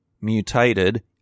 mutated